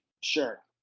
Sure